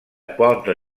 pointe